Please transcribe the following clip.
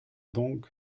donc